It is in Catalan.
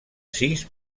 sis